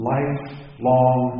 Lifelong